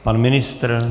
Pan ministr?